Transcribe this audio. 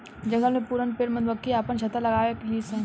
जंगल में पुरान पेड़ पर मधुमक्खी आपन छत्ता लगावे लिसन